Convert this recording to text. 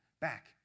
back